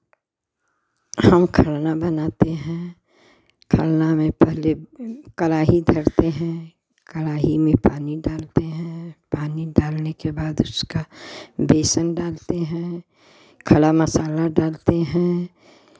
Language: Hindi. हम खलना बनाते हैं खलना में पहले कड़ाही धरते हैं कड़ाही में पानी डालते हैं पानी डालने के बाद उसका बेसन डालते हैं खरा मसाला डालते हैं